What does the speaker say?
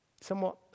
somewhat